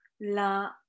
La